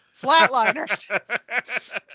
Flatliners